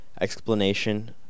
explanation